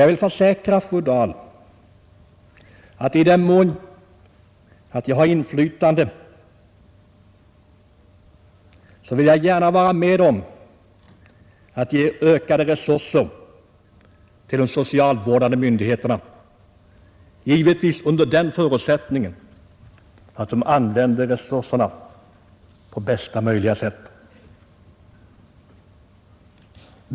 Jag vill försäkra fru Dahl att jag, i den mån jag har inflytande, gärna vill vara med om att ge ökade resurser till de socialvårdande myndigheterna — givetvis under den förutsättningen att de använder resurserna på bästa möjliga sätt.